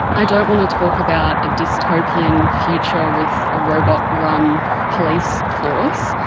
i don't want to talk about a dystopian future with a robot-run police force,